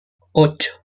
ocho